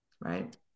right